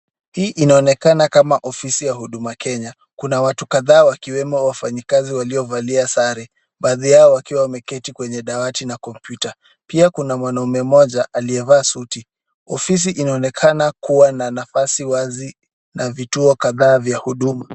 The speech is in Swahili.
Hii inaonekana kama ofisi ya Huduma Kenya. Kuna watu kadhaa wakiwemo wafanyikazi waliovalia sare, baadhi yao wakiwa wameketi kwenye dawati na kompyuta. Pia kuna mwanaume mmoja aliyevaa suti. Ofisi inaonekana kuwa na nafasi wazi na vituo kadhaa vya huduma.